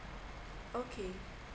okay